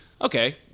okay